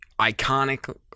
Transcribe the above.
iconic